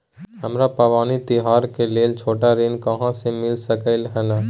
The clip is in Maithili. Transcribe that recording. हमरा पबनी तिहार के लेल छोट ऋण कहाँ से मिल सकलय हन?